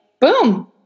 boom